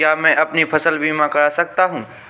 क्या मैं अपनी फसल बीमा करा सकती हूँ?